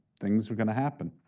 things are going to happen.